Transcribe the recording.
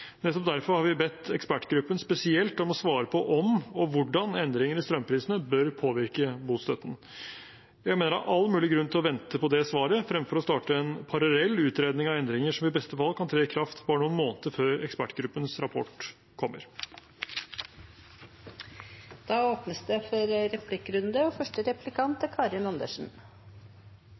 Nettopp derfor har vi bedt ekspertgruppen spesielt om å svare på om og hvordan endringer i strømprisene bør påvirke bostøtten. Jeg mener det er all mulig grunn til å vente på det svaret fremfor å starte en parallell utredning av endringer som i beste fall kan tre i kraft bare noen måneder før ekspertgruppens rapport kommer. Det blir replikkordskifte. Jeg har lest mandatet til ekspertutvalget med interesse. Det er